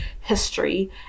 history